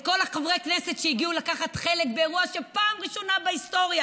את כל חברי הכנסת שהגיעו לקחת חלק באירוע שפעם ראשונה בהיסטוריה